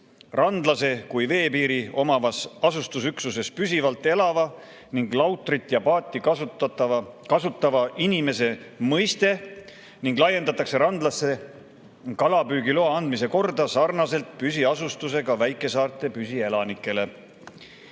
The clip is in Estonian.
randlase kui veepiiri omavas asustusüksuses püsivalt elava ning lautrit ja paati kasutava inimese mõiste ning laiendataks randlastele [samasugust] kalapüügiloa andmise korda, nagu kehtib püsiasustusega väikesaarte püsielanikele,